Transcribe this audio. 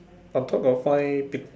on top got five pic